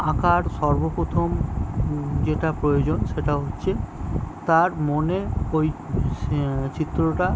আঁকার সর্বপ্রথম যেটা প্রয়োজন সেটা হচ্ছে তার মনে ওই চিত্রটা